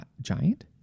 giant